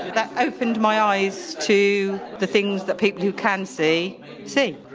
that opened my eyes to the things that people who can see see.